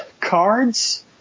cards